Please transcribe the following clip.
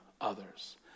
others